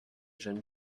jeunes